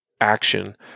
Action